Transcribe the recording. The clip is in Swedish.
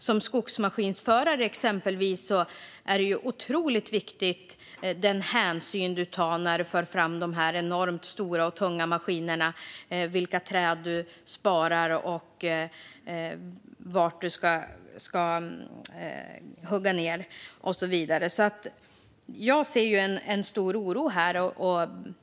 Som skogsmaskinsförare är det exempelvis otroligt viktigt med den hänsyn du tar när du för fram de enormt stora och tunga maskinerna, vilka träd du sparar, var du ska hugga ned och så vidare. Jag ser en stor oro här.